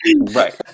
Right